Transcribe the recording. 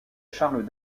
charles